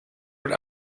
what